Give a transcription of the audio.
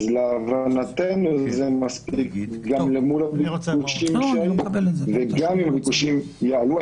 להבנתו זה מספיק גם למול הביקושים שהיו וגם אם הביקושים יעלו,